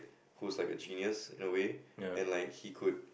who's like a genius in a way and like he could